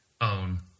own